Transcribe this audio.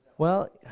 well